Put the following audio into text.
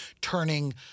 turning